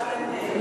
לא.